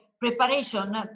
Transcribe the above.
preparation